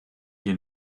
you